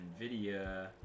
Nvidia